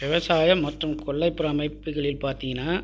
விவசாயம் மற்றும் கொல்லைப்புற அமைப்புகளில் பார்த்திங்கன்னா